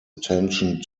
attention